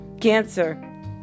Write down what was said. Cancer